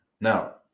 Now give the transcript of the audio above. now